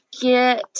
get